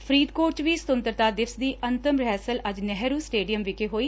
ਫਰੀਦਕੋਟ ਚ ਵੀ ਸੁਤੰਤਰਤਾ ਦਿਵਸ ਦੀ ਅੰਤਮ ਰਿਹਰਸਲ ਅੱਜ ਨਹਿਰੂ ਸਟੇਡੀਅਮ ਵਿਖੇ ਹੋਈ